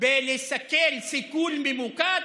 בלסכל סיכול ממוקד